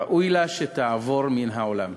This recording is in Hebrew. ראוי לה שתעבור מן העולם.